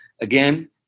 again